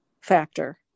factor